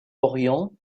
orient